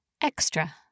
Extra